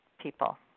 people